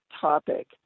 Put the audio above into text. topic